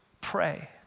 pray